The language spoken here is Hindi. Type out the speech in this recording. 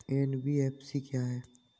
एन.बी.एफ.सी क्या है?